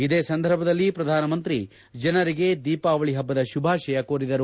ಇದೇ ಸಂದರ್ಭದಲ್ಲಿ ಪ್ರಧಾನಮಂತ್ರಿ ಜನರಿಗೆ ದೀಪಾವಳಿ ಹಬ್ಬದ ಶುಭಾಶಯ ಕೋರಿದರು